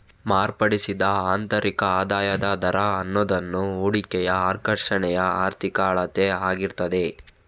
ಮಾರ್ಪಡಿಸಿದ ಆಂತರಿಕ ಆದಾಯದ ದರ ಅನ್ನುದು ಹೂಡಿಕೆಯ ಆಕರ್ಷಣೆಯ ಆರ್ಥಿಕ ಅಳತೆ ಆಗಿರ್ತದೆ